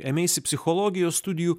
ėmeisi psichologijos studijų